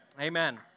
Amen